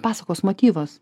pasakos motyvas